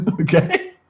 Okay